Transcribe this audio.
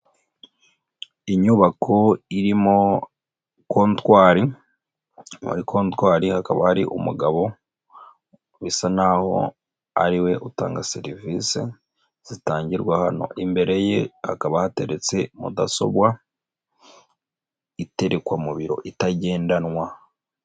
Inyubako irimo kontwari, muri kontwari hakaba hari umugabo bisa naho ariwe utanga serivise zitangirwa hano, imbere ye hakaba hateretse mudasobwa, iterekwa mu biro itagendanwa.